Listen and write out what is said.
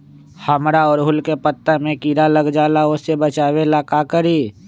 हमरा ओरहुल के पत्ता में किरा लग जाला वो से बचाबे ला का करी?